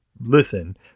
listen